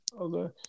Okay